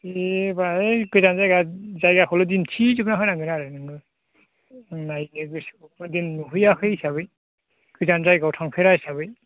दे बाहाय गोजान जायगा जायगाखौल' दिन्थिजोबना होनांगोन आरो नोङो नायनो गोसोखौ खुनु दिन नुहैयाखै हिसाबै गोजान जायगायाव थांफेरा हिसाबै